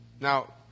Now